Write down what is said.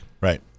Right